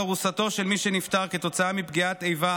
ארוסתו של מי שנפטר כתוצאה מפגיעת איבה,